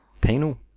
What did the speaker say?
Penal